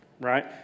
right